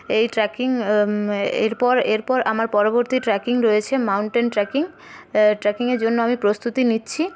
এই ট্র্যাকিং এরপর এরপর আমার পরবর্তী ট্রেকিং রয়েছে মাউন্টেন ট্রেকিং ট্রেকিংয়ের জন্য আমি প্রস্তুতি নিচ্ছি